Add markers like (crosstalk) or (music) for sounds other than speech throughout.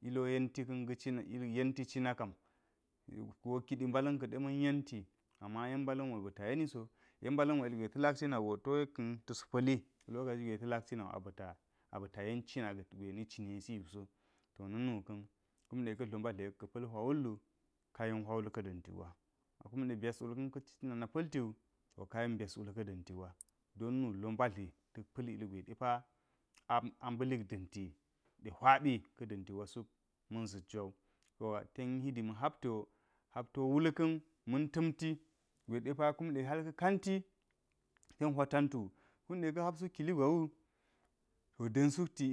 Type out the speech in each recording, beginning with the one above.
Iliwo yenti kan ga̱ cina ka̱m yenti cina kam ilimo kidi mbala̱n kada ma̱n yenti ama yen mbala̱n wo ba̱ ta yeniso, yen mbala̱n wo ulgwe ta̱ lak cina go to yek ka̱n tas pa̱li loka ci gwe ta lak cinawo aba̱ta, ba̱ta yen cina gwe ni cine siwo to na̱nu ka̱n kum de ka̱ dlo mbatl yek ka̱ pa̱l hwa akume byas wulkan ka̱ cicina na̱ pa̱lti wu to kayen byas wulka da̱nti gwa don nu dlo mbatli ta̱k pa̱l ilgwe depa amba̱lik da̱nti de hwabi, ka da̱nti gwa suk man za̱t jwawu. To ten hindima hapti wo hapti wo wulka̱n ma̱n ta̱nti gwe depa hal ka̱ kanti ten hwa tantu, kunɗe ka hap suk kili gwa wu to da̱n sukti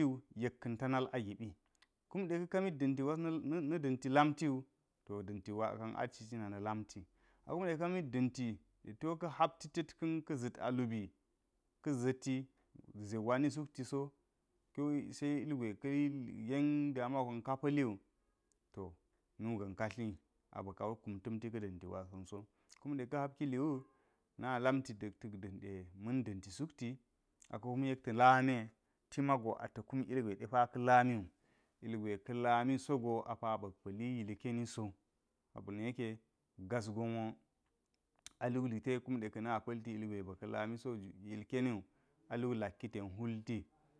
(unintelligible) yek ka̱n ta nal agibi. Kumɗe ka̱ kamit da̱nti gwa na da̱nti lamtiwu to da̱ntigwa ka̱n aci cina na lamti akume ka̱ ka mid da̱nti de te ka̱ hapti ta̱kka̱n ka̱ za̱t a lubi ka̱ za̱ti ze gwe ni suk ti so kiwo se ilgwe ka̱ yen damawu ka̱n ka pa̱liwu to nu ka̱n katli abi ka kusi ta̱mti ka̱ da̱nti gwaka̱n so, kumɗe ka̱ hapti kili wu na lamiti te̱k da̱nɗe ma̱n da̱nti sukti akum yek ta lamiye, timago atakum ilgwe depaka lami wu, ilgwe ka leni sogo apa ba̱k pa̱li yikeni so. Sobo na̱ yeke gas gon wo a luk lite kunɗe kana pa̱lti ilgwe ba̱ka̱ lamiso yikeniwu a luk lakki ten hwulti.